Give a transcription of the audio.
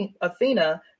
Athena